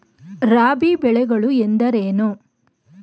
ರಾಬಿ ಬೆಳೆಗಳು ಎಂದರೇನು?